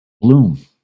bloom